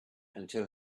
until